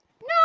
No